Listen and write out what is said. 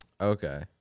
Okay